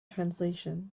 translation